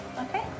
Okay